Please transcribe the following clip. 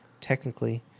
technically